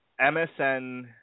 MSN